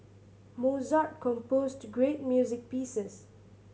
Mozart composed great music pieces